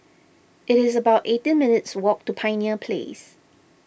it is about eighteen minutes' walk to Pioneer Place